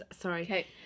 sorry